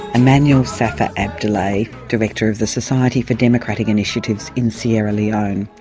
emmanuel saffa abdulai, director of the society for democratic initiatives in sierra leone.